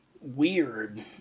weird